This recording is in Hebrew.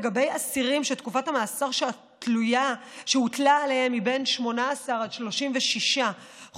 לגבי אסירים שתקופת המאסר שהוטלה עליהם היא בין 18 ל-36 חודשים,